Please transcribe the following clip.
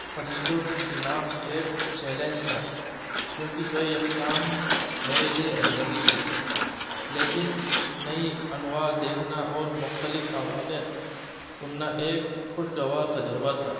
پرندوں کی شناخت ایک چیلنج تھا کیونکہ کئی اقسام میرے لیے اجنبی تھیں لیکن نئی انواع دیکھنا اور مختلف آوازیں سننا ایک خوشگوار تجربہ تھا